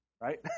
right